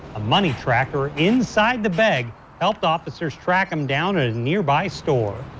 a money tracker inside the bag helped officers track him down at a nearby store.